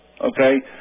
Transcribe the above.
Okay